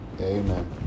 Amen